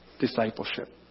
discipleship